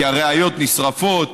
כי הראיות נשרפות,